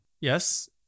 yes